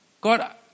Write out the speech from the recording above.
God